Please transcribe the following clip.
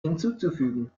hinzuzufügen